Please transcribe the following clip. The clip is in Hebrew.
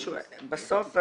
בסוף,